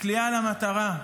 קליעה למטרה.